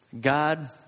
God